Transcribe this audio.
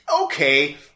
okay